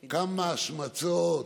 קנסות,